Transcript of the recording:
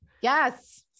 Yes